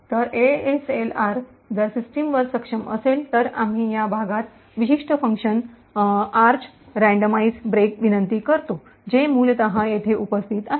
तर एएसएलआर जर सिस्टमवर सक्षम असेल तर आम्ही या भागात विशिष्ट फंक्शन आर्च रँडोमाइझ ब्रेकची arch randomize break विनंती करतो जे मूलत येथे उपस्थित आहेत